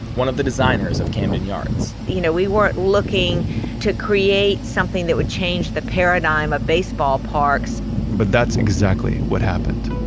one of the designers of camden yards you know, we weren't looking to create something that would change the paradigm of baseball parks but that's exactly what happened